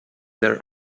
their